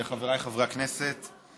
חבריי חברי הכנסת,